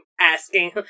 asking